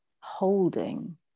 holding